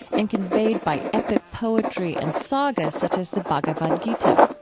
and conveyed by epic poetry and saga such as the bhagavad gita.